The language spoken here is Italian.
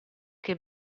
che